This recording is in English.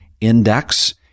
index